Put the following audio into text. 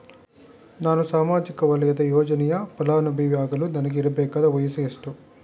ನಾನು ಸಾಮಾಜಿಕ ವಲಯದ ಯೋಜನೆಯ ಫಲಾನುಭವಿ ಯಾಗಲು ನನಗೆ ಇರಬೇಕಾದ ವಯಸ್ಸು ಎಷ್ಟು?